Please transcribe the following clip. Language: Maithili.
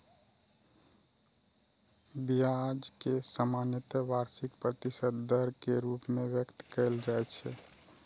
ब्याज कें सामान्यतः वार्षिक प्रतिशत दर के रूप मे व्यक्त कैल जाइ छै